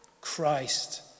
Christ